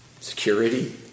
security